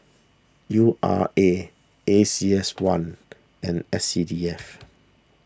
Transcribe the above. U R A A C S one and S C D F